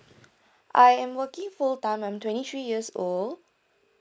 I am working full time I'm twenty three years old